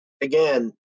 again